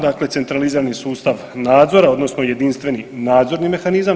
Dakle, centralizirani sustav nadzora odnosno jedinstveni nadzorni mehanizam.